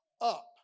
up